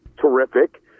terrific